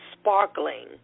sparkling